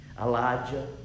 Elijah